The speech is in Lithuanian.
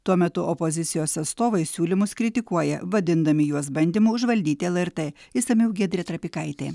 tuo metu opozicijos atstovai siūlymus kritikuoja vadindami juos bandymu užvaldyti lrt išsamiau giedrė trapikaitė